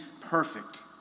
perfect